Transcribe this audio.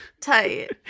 Tight